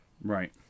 Right